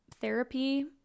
therapy